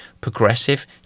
progressive